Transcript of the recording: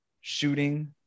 shooting